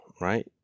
right